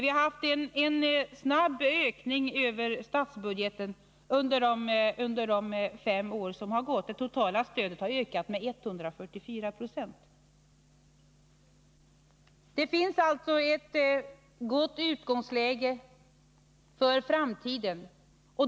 Där har vi haft en snabb ökning över statsbudgeten under de senaste fem åren. Det totala stödet har ökat med 144 96. Det finns alltså ett gott utgångsläge för framtiden.